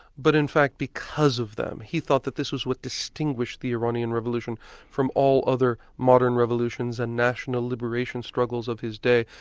but in fact because of them. he thought that this was what distinguished the iranian revolution from all other modern revolutions and national liberation struggles of his day,